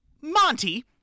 Monty